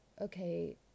Okay